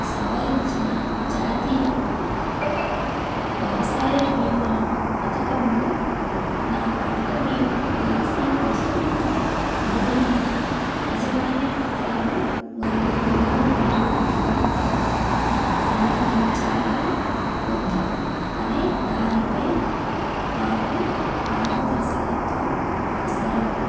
సవరించిన జాతీయ వ్యవసాయ బీమా పథకంలో నా పంట బీమా పాలసీ కోసం భూమి యాజమాన్య పత్రాలు మరియు వినియోగ బిల్లు సమర్పించాలా వద్దా అనే దానిపై నాకు మార్గదర్శకత్వం అవసరం